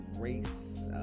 race